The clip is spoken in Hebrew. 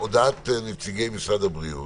אז הודעת נציגי משרד הבריאות